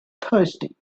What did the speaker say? thirsty